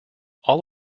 all